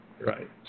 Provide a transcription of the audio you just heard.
right